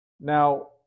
Now